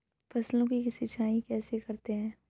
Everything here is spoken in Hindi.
फसलों की सिंचाई कैसे करते हैं?